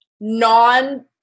non